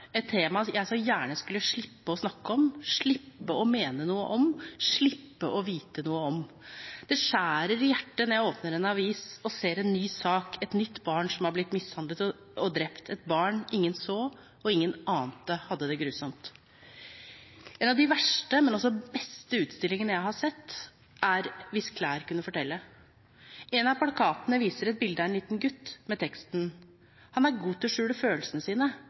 et tema jeg så gjerne skulle slippe å snakke om, slippe å mene noe om, slippe å vite noe om. Det skjærer i hjertet når jeg åpner en avis og ser en ny sak om et barn som er blitt mishandlet og drept, et barn ingen så, og ingen ante at hadde det grusomt. En av de verste, men også en av de beste, utstillingene jeg har sett, er «Hvis klær kunne fortelle». En av plakatene viser et bilde av en liten gutt med teksten: Han er god til å skjule følelsene sine,